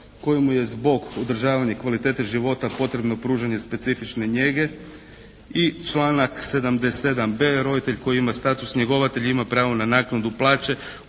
kojemu je kroz održavanja kvalitete života potrebno pružanje specifične njege i članak 77.b: "Roditelj koji ima status njegovatelja ima pravo na naknadu plaće